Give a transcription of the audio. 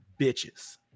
bitches